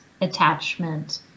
attachment